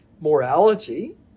Morality